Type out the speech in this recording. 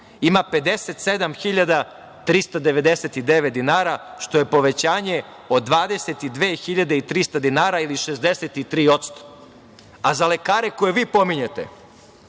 ima 57.399 dinara, što je povećanje od 22.300 dinara ili 63%. Za lekare koje vi pominjete,